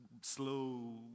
slow